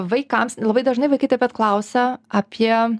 vaikams labai dažnai vaikai taip pat klausia apie